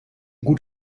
gut